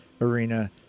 arena